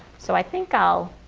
so i think i'll